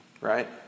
right